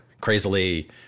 crazily